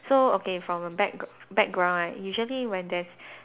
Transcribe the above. so okay from a back background right usually when there's